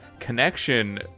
connection